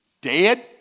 dead